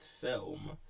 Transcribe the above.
film